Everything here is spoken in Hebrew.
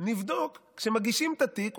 נבדוק כשמגישים את התיק,